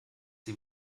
sie